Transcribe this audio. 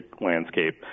landscape